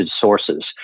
sources